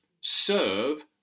serve